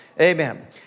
Amen